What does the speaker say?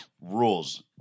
rules